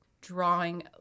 drawing